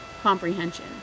comprehension